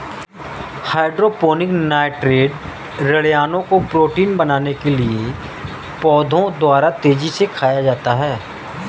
hydroponic nitrate ऋणायनों को protein बनाने के लिए पौधों द्वारा तेजी से खाया जाता है